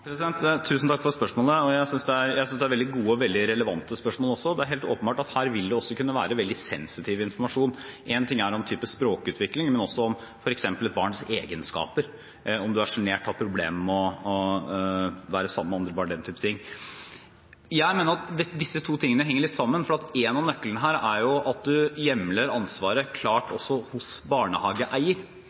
Tusen takk for spørsmålet. Jeg synes det er veldig gode og veldig relevante spørsmål også. Det er helt åpenbart at her vil det også kunne være veldig sensitiv informasjon. En ting er om type språkutvikling, men også om f.eks. et barns egenskaper, om du er sjenert, har problemer med å være sammen med andre barn og den type ting. Jeg mener at disse to tingene henger litt sammen. En av nøklene her er at man hjemler ansvaret klart også hos barnehageeier,